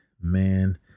man